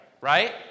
Right